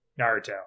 Naruto